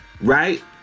Right